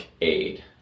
aid